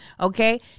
Okay